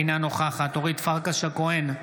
אינה נוכחת אורית פרקש הכהן,